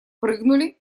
прыгнули